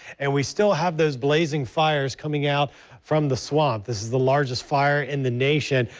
and we still have those blazing fires coming out from the. so um this is the largest fire in the nation.